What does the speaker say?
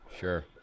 Sure